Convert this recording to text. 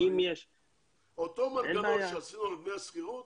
אותו מנגנון שעשינו על דמי השכירות